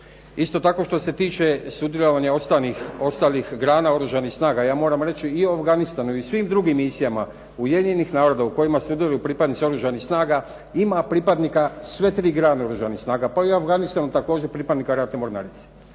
Isto tako, što se tiče sudjelovanja ostalih grana Oružanih snaga ja moram reći i u Afganistanu i svim drugim misijama Ujedinjenih naroda u kojima sudjeluju pripadnici Oružanih snaga ima pripadnika sve tri grane Oružanih snaga, pa i u Afganistanu također pripadnika ratne mornarice.